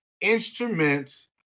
instruments